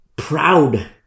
proud